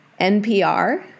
NPR